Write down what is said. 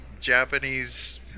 Japanese